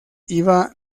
iba